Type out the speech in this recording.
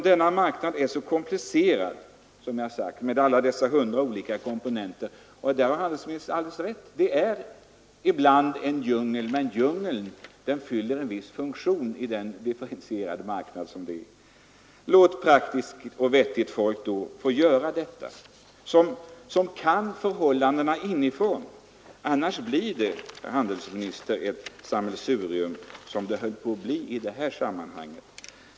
Denna marknad är komplicerad med sina hundratals olika komponenter — handelsministern har alldeles rätt i att den ibland är en djungel — men tänk på att de många komponenterna i djungeln fyller en viss funktion i den differentierade marknaden! Låt vettigt och praktiskt folk, som känner branschen inifrån, sköta detta, annars blir det, herr handelsminister, ett sammelsurium!